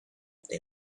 they